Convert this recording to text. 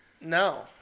No